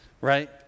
right